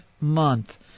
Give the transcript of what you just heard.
month